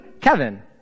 Kevin